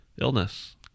illness